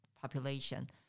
population